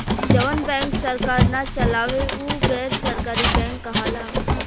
जवन बैंक सरकार ना चलावे उ गैर सरकारी बैंक कहाला